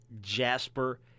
Jasper